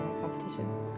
competition